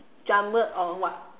or what